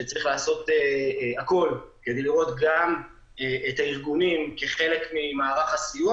שצריך לעשות הכול כדי לראות גם את הארגונים כחלק ממערך הסיוע